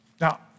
Now